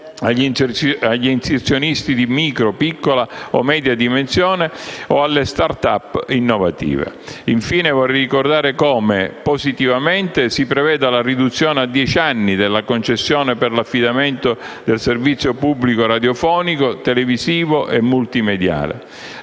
agli inserzionisti di micro, piccola o media dimensione o alle *startup* innovative. Infine vorrei ricordare come, positivamente, si prevede la riduzione a dieci anni della concessione per l'affidamento del servizio pubblico radiofonico, televisivo e multimediale.